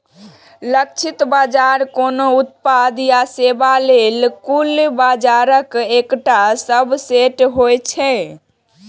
लक्षित बाजार कोनो उत्पाद या सेवा लेल कुल बाजारक एकटा सबसेट होइ छै